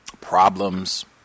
problems